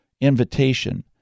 invitation